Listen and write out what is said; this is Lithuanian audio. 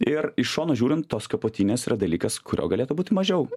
ir iš šono žiūrint tos kapotynės yra dalykas kurio galėtų būti mažiau